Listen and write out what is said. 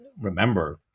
remember